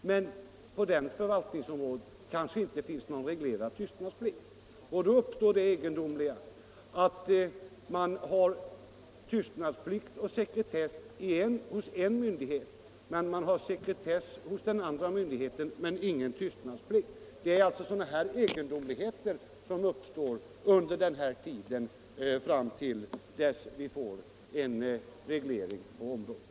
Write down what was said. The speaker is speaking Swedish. Men på det förvaltningsområdet finns det kanhända ingen reglerad tystnadsplikt, och då uppstår det egendomliga att man har tystnadsplikt och sekretess hos en myndighet, medan man hos den andra myndigheten har sekretess men ingen tystnadsplikt. Det är sådana här egendomligheter som uppstår under tiden fram till dess att vi får en reglering på området.